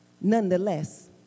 Nonetheless